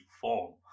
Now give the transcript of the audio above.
form